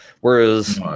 Whereas